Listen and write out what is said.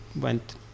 went